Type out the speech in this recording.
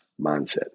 mindset